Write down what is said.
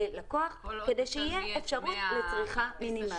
ללקוח כדי שתהיה אפשרות לצריכה מינימלית.